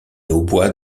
hautbois